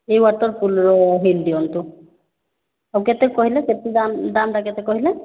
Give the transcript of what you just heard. ଏହି ୱାଟରପ୍ରୁଫର ହିଲ୍ ଦିଅନ୍ତୁ କେତେ କହିଲେ କେତେ ଦାମ କେତେ ଦାମ ଟା କହିଲେ